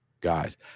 guys